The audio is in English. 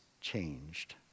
changed